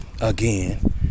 again